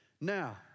Now